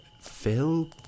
Fill